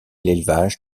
l’élevage